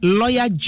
lawyer